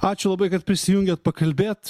ačiū labai kad prisijungėt pakalbėt